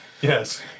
Yes